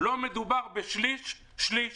לא מדובר בשליש-שליש-שליש.